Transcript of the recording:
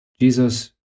Jesus